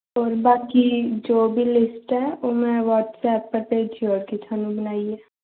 होर बाकी जो बी लिस्ट ऐ ओह् में ब्हटसैप पर भेजी ओड़गी थुआनूं बनाइयै